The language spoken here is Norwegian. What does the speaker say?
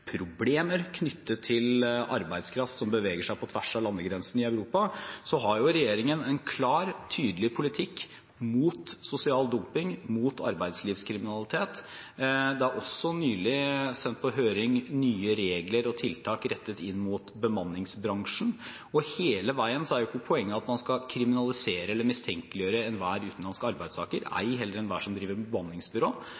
problemer knyttet til arbeidskraft som beveger seg på tvers av landegrensene i Europa, har regjeringen en klar, tydelig politikk mot sosial dumping, mot arbeidslivskriminalitet. Det er også nylig sendt på høring nye regler og tiltak rettet inn mot bemanningsbransjen. Hele veien er ikke poenget at man skal kriminalisere eller mistenkeliggjøre enhver utenlandsk arbeidstaker,